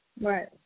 Right